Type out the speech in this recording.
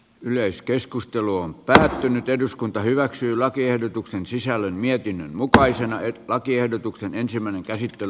yleiskeskustelu on päättynyt eduskunta hyväksyi lakiehdotuksen sisällön mietinnön mukaisena lakiehdotuksen sitten tulevaisuudessa